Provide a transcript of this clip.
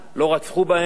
לא שדדו אותם.